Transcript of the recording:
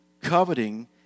coveting